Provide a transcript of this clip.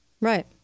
Right